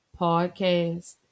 Podcast